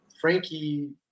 Frankie